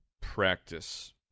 practice